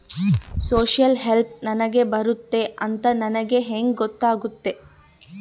Social help ನನಗೆ ಬರುತ್ತೆ ಅಂತ ನನಗೆ ಹೆಂಗ ಗೊತ್ತಾಗುತ್ತೆ?